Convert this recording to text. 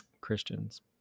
Christians